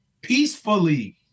peacefully